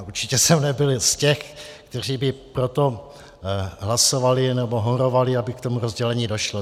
Určitě jsem nebyl z těch, kteří by pro to hlasovali nebo horovali, aby k tomu rozdělení došlo.